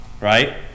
right